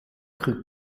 cru